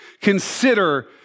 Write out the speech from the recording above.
Consider